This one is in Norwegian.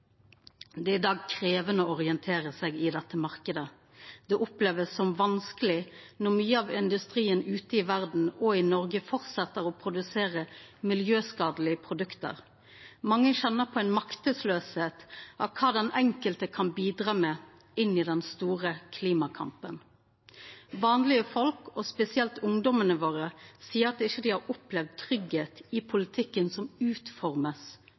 Det er i dag krevjande å orientera seg i denne marknaden, det blir opplevd som vanskeleg når mykje av industrien ute i verda og i Noreg fortset å produsera miljøskadelege produkt. Mange kjenner på ei maktesløyse når det gjeld kva den enkelte kan bidra med inn i den store klimakampen. Vanlege folk, og spesielt ungdomane våre, seier at dei ikkje har opplevd tryggleik i politikken som